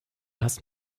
hast